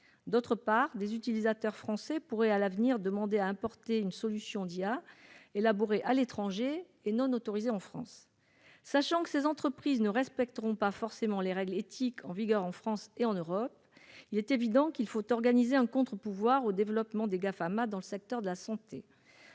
D'autre part, des utilisateurs français pourraient à l'avenir demander à importer une solution d'intelligence artificielle élaborée à l'étranger et non autorisée en France. Sachant que ces entreprises ne respecteront pas forcément les règles éthiques en vigueur en France et en Europe, il est évident qu'il faut organiser un contre-pouvoir au développement des Gafama dans le secteur de la santé.